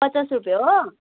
पचास रुप्पे हो